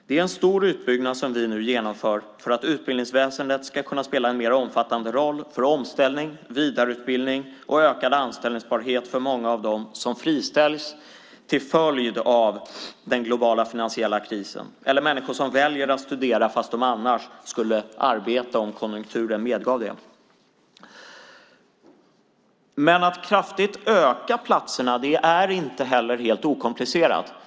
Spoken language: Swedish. Det är en stor utbyggnad som vi nu genomför för att utbildningsväsendet ska kunna spela en mer omfattande roll för omställning, vidareutbildning och ökad anställningsbarhet för många av dem som friställs till följd av den globala finansiella krisen eller väljer att studera men skulle arbeta om konjunkturen medgav det. Men att kraftigt öka antalet platser är inte helt okomplicerat.